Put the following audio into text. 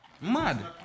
Mad